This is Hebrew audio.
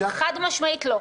חד-משמעית לא.